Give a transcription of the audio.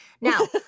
Now